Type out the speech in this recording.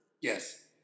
Yes